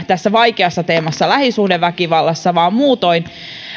tässä vaikeassa teemassa lähisuhdeväkivallassa vaan muutoin